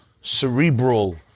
cerebral